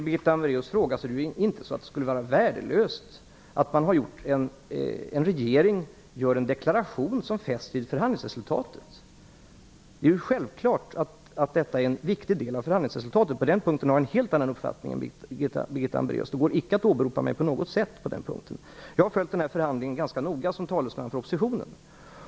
Det är ju inte så att det skulle vara värdelöst om en regering gör en deklaration som tas med i förhandlingsresultatet. Det är ju självklart att detta är en viktig del av förhandlingsresultatet. På den punkten har jag en helt annan uppfattning än Birgitta Hambraeus, och där går det icke att åberopa mig. Som talesman för oppositionen har jag noga följt förhandlingen.